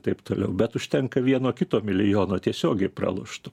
taip toliau bet užtenka vieno kito milijono tiesiogiai pralošto